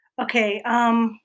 okay